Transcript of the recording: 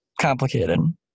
complicated